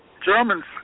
Germans